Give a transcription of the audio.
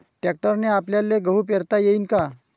ट्रॅक्टरने आपल्याले गहू पेरता येईन का?